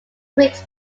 creeks